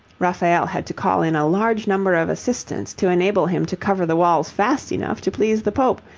raphael had to call in a large number of assistants to enable him to cover the walls fast enough to please the pope,